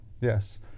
Yes